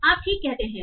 तो आप ठीक कहते हैं